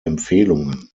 empfehlungen